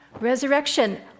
Resurrection